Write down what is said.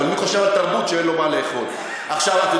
אבל מי חושב על תרבות כשאין לו מה לאכול.